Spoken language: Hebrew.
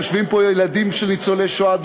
יושבים ילדים של ניצולי שואה,